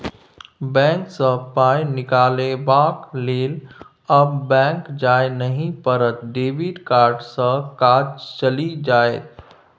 bank सँ पाय निकलाबक लेल आब बैक जाय नहि पड़त डेबिट कार्डे सँ काज चलि जाएत